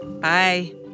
Bye